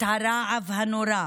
את הרעב הנורא,